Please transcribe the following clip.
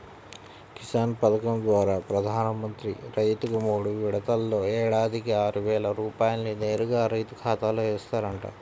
కిసాన్ పథకం ద్వారా ప్రధాన మంత్రి రైతుకు మూడు విడతల్లో ఏడాదికి ఆరువేల రూపాయల్ని నేరుగా రైతు ఖాతాలో ఏస్తారంట